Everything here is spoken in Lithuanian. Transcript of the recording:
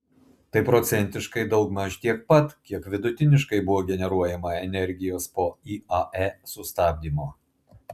tai procentiškai daugmaž tiek pat kiek vidutiniškai buvo generuojama energijos po iae sustabdymo